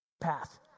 path